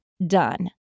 Done